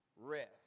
rest